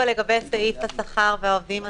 חג הדמוקרטיה בא לידי מיצוי במשך שעות העבודה של היום הזה,